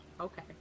Okay